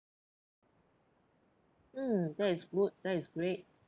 mm that is good that is great